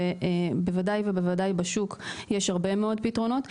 ובוודאי ובוודאי בשוק יש הרבה מאוד פתרונות.